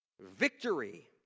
victory